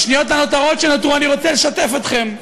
בשניות הנותרות אני רוצה לשתף אתכם,